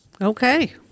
okay